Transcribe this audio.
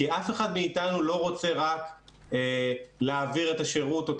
כי אף אחד מאיתנו לא רוצה רק להעביר את השירות או את